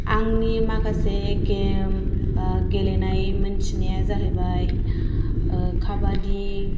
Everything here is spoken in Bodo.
आंनि माखासे गेम गेलेनाय मिथिनाया जाहैबाय काबादि